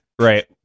right